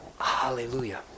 Hallelujah